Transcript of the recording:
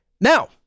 now